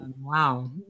Wow